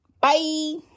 Bye